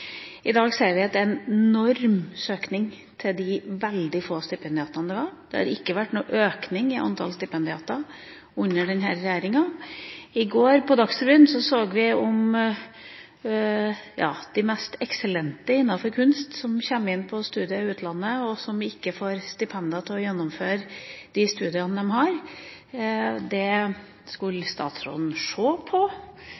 I dag ser vi at det er en enorm søkning til de veldig få stipendiatene. Det har ikke vært noen økning i antall stipendiater under denne regjeringa. På Dagsrevyen i går så vi de mest eksellente innenfor kunst som kommer inn på studier i utlandet, og som ikke får stipender til å gjennomføre studiene. Det skulle